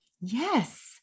Yes